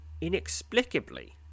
inexplicably